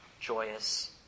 joyous